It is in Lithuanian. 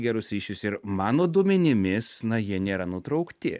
gerus ryšius ir mano duomenimis na jie nėra nutraukti